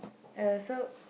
uh so